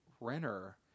Renner